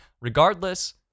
Regardless